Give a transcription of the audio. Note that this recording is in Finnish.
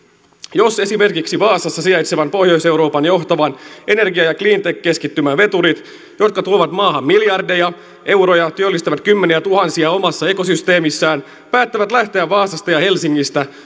jos esimerkiksi vaasassa sijaitsevat pohjois euroopan johtavan energia ja cleantech keskittymän veturit jotka tuovat maahan miljardeja euroja työllistävät kymmeniätuhansia omassa ekosysteemissään päättävät lähteä vaasasta ja helsingistä